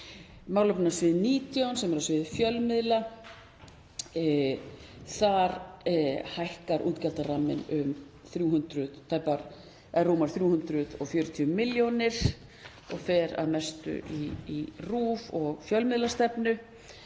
málefnasviði 19, sem er á sviði fjölmiðla, hækkar útgjaldaramminn um rúmar 340 milljónir og fer að mestu í RÚV og fjölmiðlastefnu.